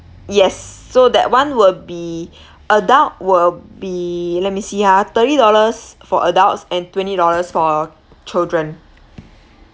yes so that one will be adult will be let me see ah thirty dollars for adults and twenty dollars for children